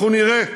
אנחנו נראה.